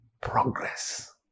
progress